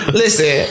listen